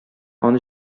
аны